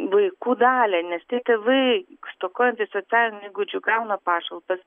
vaikų dalią nes tie tėvai stokojantys socialinių įgūdžių gauna pašalpas